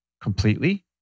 completely